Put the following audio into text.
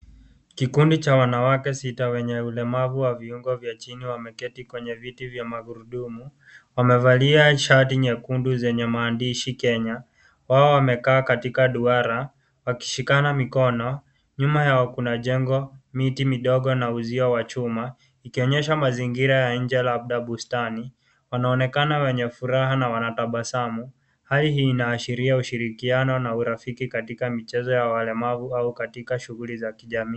Kikundi cha wanawake sita wenye ulemavu wa viungo vya chini wameketi kwenye viti vya magurudumu. Wamevalia shati nyekundu zenye maandishi Kenya. Wao wamekaa katika duara wakishikana mikono. Nyuma yao kuna jengo, miti midogo na uzio wa chuma, ikionyesha mazingira ya nje labda bustani wanaonekana wenye furaha na wanatabasamu. Hali hii inaashiria ushirikiano na urafiki katima michezo ya walemavu au katika shughuli za kijamii.